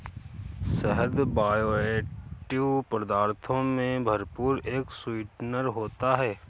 शहद बायोएक्टिव पदार्थों से भरपूर एक स्वीटनर होता है